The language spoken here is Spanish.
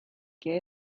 que